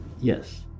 Yes